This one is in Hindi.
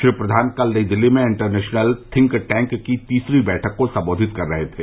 श्री प्रधान कल नई दिल्ली में इंटरनेशनल थिंक टैंक की तीसरी बैठक को संबोधित कर रहे थे